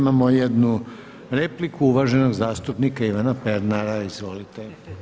Imamo jednu repliku uvaženog zastupnika Ivana Pernara, izvolite.